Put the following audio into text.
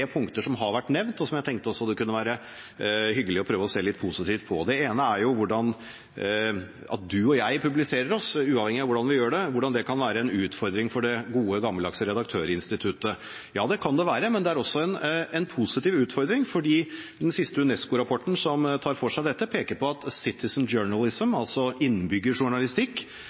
punkter som har vært nevnt, og som jeg tenkte det kunne være hyggelig å prøve å se litt positivt på. Det ene er at det at du og jeg publiserer oss selv – uavhengig av hvordan vi gjør det – kan være en utfordring for det gode, gammeldagse redaktørinstituttet. Ja, det kan det være, men det er også en positiv utfordring, fordi den siste UNESCO-rapporten som tar for seg dette, peker på at